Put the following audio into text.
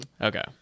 Okay